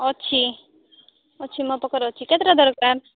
ଅଛି ଅଛି ମୋ ପାଖରେ ଅଛି କେତେଟା ଦରକାର